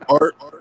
Art